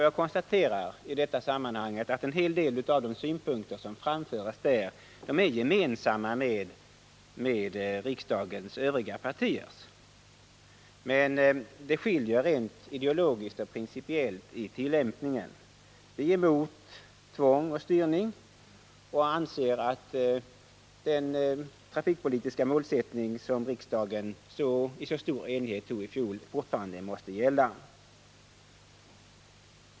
Jag konstaterar i detta sammanhang att en hel del av de synpunkter som där framförts inte delas av riksdagens övriga partier. Men det skiljer rent ideologiskt och principiellt i tillämpningen. Vi är emot tvång och styrning och anser att den trafikpolitiska målsättning som riksdagen i så stor enighet tog i fjol fortfarande måste gälla.